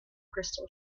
crystal